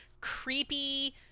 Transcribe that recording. creepy